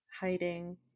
hiding